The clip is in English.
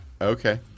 Okay